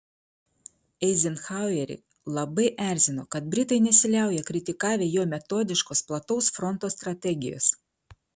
eizenhauerį labai erzino kad britai nesiliauja kritikavę jo metodiškos plataus fronto strategijos